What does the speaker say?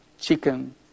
chicken